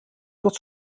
tot